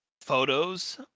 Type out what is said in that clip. photos